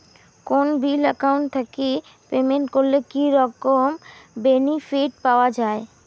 কোনো bill account থাকি payment করলে কি রকম বেনিফিট পাওয়া য়ায়?